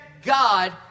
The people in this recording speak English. God